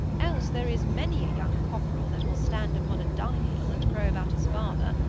else there is many a young cockerel that will stand upon a dunghill and crow about his father,